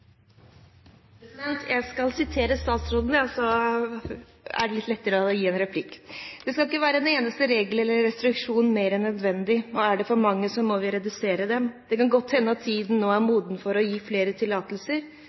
det litt lettere med tanke på replikk: «Det skal ikke være en eneste regel eller restriksjon mer enn nødvendig, og er det for mange, så må vi redusere dem. Det kan godt hende at tiden nå er moden for å gi flere tillatelser